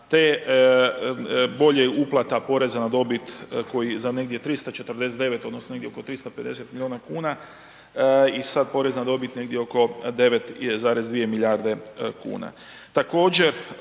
je bolje uplata poreza na dobit koji za negdje 349, odnosno negdje oko 350 milijuna kuna i sad porez na dobit negdje oko 9,2 milijarde kuna.